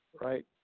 Right